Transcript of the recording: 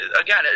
again